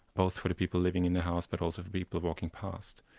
both for the people living in the house, but also the people walking past.